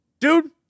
dude